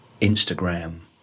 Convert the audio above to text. Instagram